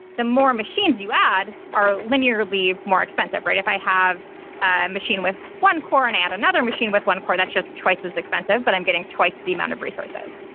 the more machines you add are linearly more expensive, right? if i have a machine with one core and add another machine with one core, that's just twice as expensive, but i'm getting twice the amount of resources.